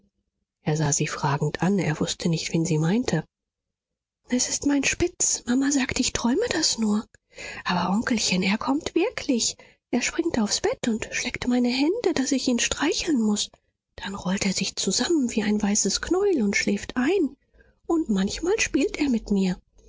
er sah sie fragend an er wußte nicht wen sie meinte es ist mein spitz mama sagt ich träume das nur aber onkelchen er kommt wirklich er springt aufs bett und schleckt meine hände daß ich ihn streicheln muß dann rollt er sich zusammen wie ein weißes knäuel und schläft ein und manchmal spielt er mit mir